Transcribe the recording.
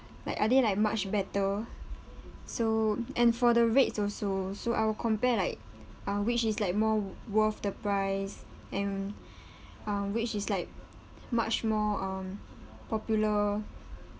like are they like much better so and for the rates also so I will compare like uh which is like more worth the price and uh which is like much more um popular